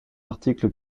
article